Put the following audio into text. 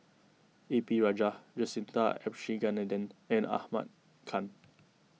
A P Rajah Jacintha Abisheganaden and Ahmad Khan